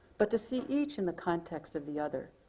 but to see each in the context of the other.